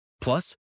Plus